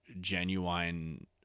genuine